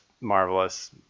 marvelous